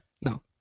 No